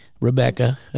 Rebecca